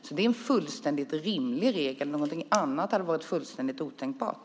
Så det är en fullständigt rimlig regel. Någonting annat hade varit fullständigt otänkbart.